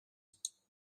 states